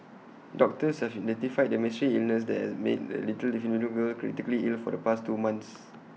doctors have identified the mystery illness that has made A little Filipino girl critically ill for the past two months